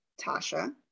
Tasha